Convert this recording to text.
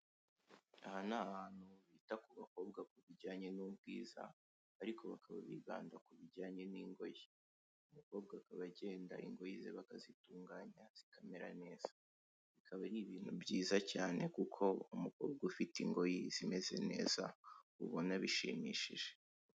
Aha ni ahantu bita ku bakobwa ku bijyanye n'ubwiza ariko bakaba bibanda ku bijyanye n'ingoyi, umukobwa aba agenda in ingoyi ze bakazitunganya zikamera neza, bikaba ari ibintu byiza cyane kuko umukobwa ufite ingoyi zimeze neza ubona bishimishije.